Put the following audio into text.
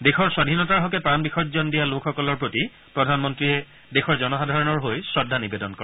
দেশৰ স্বাধীনতাৰ হকে প্ৰাণ বিসৰ্জন দিয়া লোকসকলৰ প্ৰতি প্ৰধানমন্ত্ৰীয়ে দেশৰ জনসাধাৰণৰ হৈ শ্ৰদ্ধা নিবেদন কৰে